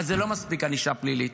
אבל זה לא מספיק ענישה פלילית,